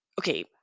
okay